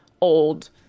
old